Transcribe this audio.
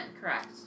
correct